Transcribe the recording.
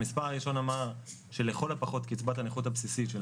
המספר הראשון אמר שלכל הפחות קצבת הנכות הבסיסית של